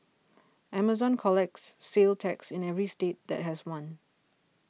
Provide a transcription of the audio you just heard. Amazon collects sales tax in every state that has one